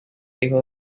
hijo